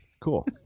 Cool